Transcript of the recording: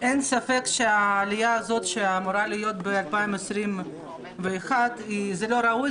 אין ספק שהעלייה הזאת שאמורה להיות ב-2021 היא לא ראויה,